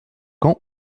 quand